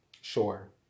sure